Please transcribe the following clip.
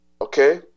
Okay